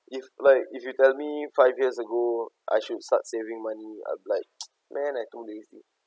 if like if you tell me five years ago I should start saving money I'll be like man I don't really think